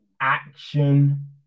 action